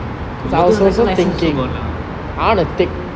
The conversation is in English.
the motorcycle licence also gone lah